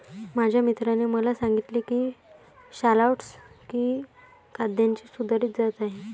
माझ्या मित्राने मला सांगितले की शालॉट्स ही कांद्याची सुधारित जात आहे